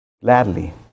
gladly